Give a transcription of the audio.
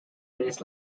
minutes